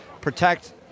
protect